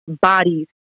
bodies